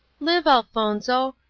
live, elfonzo!